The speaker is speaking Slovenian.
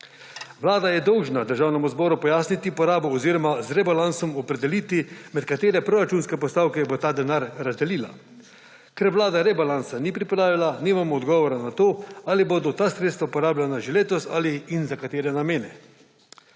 Vlada je dolžna Državnemu zboru pojasniti porabo oziroma z rebalansom opredeliti, med katere proračunske postavke bo ta denar razdelila. Ker Vlada rebalansa ni pripravila, nimamo odgovora na to, ali bodo ta sredstva porabljena že letos in za katere namene.